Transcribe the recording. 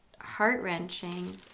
heart-wrenching